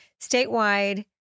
statewide